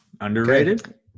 Underrated